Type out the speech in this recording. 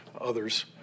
others